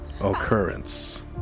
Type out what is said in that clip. Occurrence